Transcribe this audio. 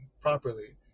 properly